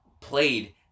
played